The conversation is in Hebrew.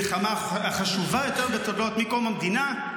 למלחמה החשובה ביותר מקום המדינה.